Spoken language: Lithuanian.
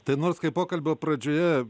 tai nors kai pokalbio pradžioje